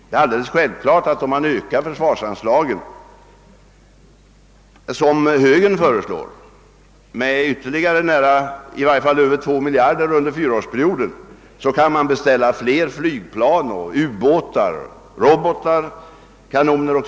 Det är alldeles självklart att om man ökar försvarsanslagen, såsom högern föreslår, med ytterligare i varje fall nära 2 miljarder under fyraårsperioden, innebär detta att man kan beställa fler flygplan och ubåtar, robotar, kanoner 0.